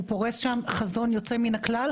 שבו הוא פורס חזון יוצא מן הכלל,